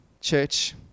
church